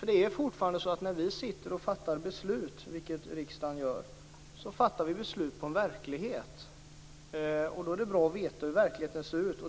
Det är fortfarande så att när vi fattar beslut, vilket riksdagen gör, utgår vi från en verklighet. Då är det bra att veta hur verkligheten ser ut.